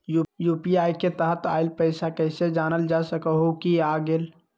UPI के तहत आइल पैसा कईसे जानल जा सकहु की आ गेल?